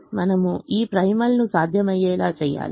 మనము ఈ ప్రైమల్ను సాధ్యమయ్యేలా చేయాలి